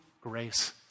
grace